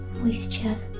moisture